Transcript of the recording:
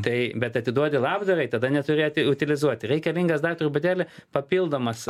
tai bet atiduoti labdarai tada neturėti utilizuoti reikalingas dar truputėlį papildomas